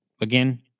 Again